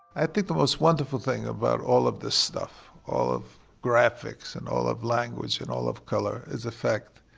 i think the most wonderful thing about all of this stuff, all of graphics and all of language and all of color is effect.